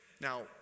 Now